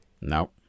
No